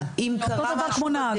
אם קרה משהו בדרך --- זה אותו דבר כמו נהג.